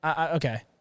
Okay